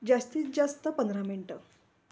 जास्तीत जास्त पंधरा मिनटं